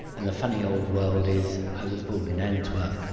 and the funny old world is i was born in antwerp,